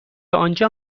آنجا